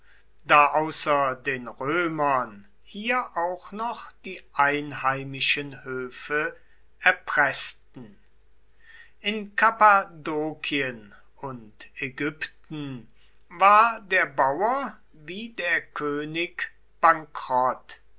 da außer den römern hier auch noch die einheimischen höfe erpreßten in kappadokien und ägypten war der bauer wie der könig bankrott